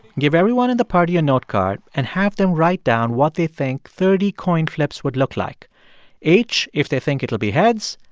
give everyone in the party a notecard and have them write down what they think thirty coin flips would look like h, if they think it will be heads,